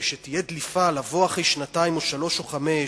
ותהיה דליפה, לבוא אחרי שנתיים, שלוש שנים